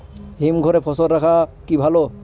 হিমঘরে ফসল রাখা কি ভালো?